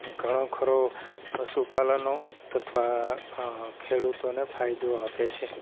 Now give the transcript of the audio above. ઘણો ખરો પશુપાલનો તથા ખેડુતોને ફાયદો આપે છે